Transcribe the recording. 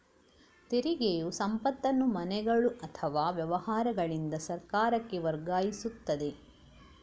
ತೆರಿಗೆಯು ಸಂಪತ್ತನ್ನು ಮನೆಗಳು ಅಥವಾ ವ್ಯವಹಾರಗಳಿಂದ ಸರ್ಕಾರಕ್ಕೆ ವರ್ಗಾಯಿಸುತ್ತದೆ